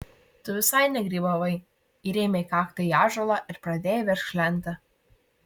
tu visai negrybavai įrėmei kaktą į ąžuolą ir pradėjai verkšlenti